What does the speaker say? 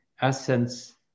essence